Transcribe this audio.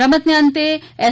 રમતને અંતે એસ